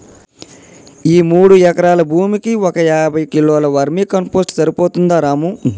ఈ మూడు ఎకరాల భూమికి ఒక యాభై కిలోల వర్మీ కంపోస్ట్ సరిపోతుందా రాము